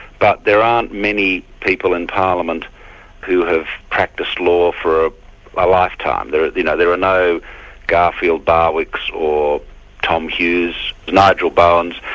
but there aren't many people in parliament who have practiced law for a lifetime. there you know there are no garfield barwicks or tom hughes, nigel bowens,